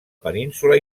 península